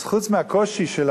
אז חוץ מהקושי של